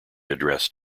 addressed